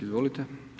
Izvolite.